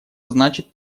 значит